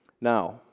Now